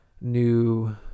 new